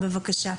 בבקשה.